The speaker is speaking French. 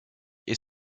est